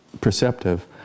perceptive